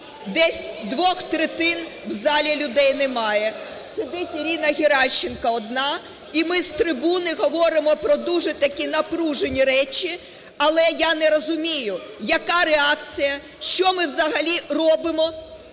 десь двох третин в залі людей немає. Сидить Ірина Геращенко одна, і ми з трибуни говоримо про дуже такі напружені речі. Але я не розумію, яка реакція, що ми взагалі робимо